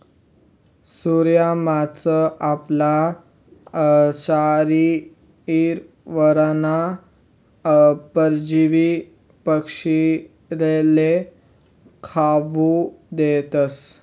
सूर्य मासा आपला शरीरवरना परजीवी पक्षीस्ले खावू देतस